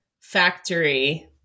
Factory